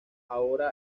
ahora